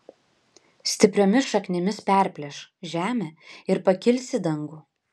stipriomis šaknimis perplėš žemę ir pakils į dangų